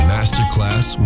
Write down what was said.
Masterclass